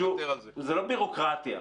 זו לא ביורוקרטיה.